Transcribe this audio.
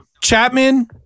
Chapman